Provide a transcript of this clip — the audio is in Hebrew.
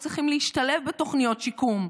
ואז הם בכלל לא צריכים להשתלב בתוכניות שיקום.